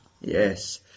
Yes